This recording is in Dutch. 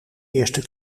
eerste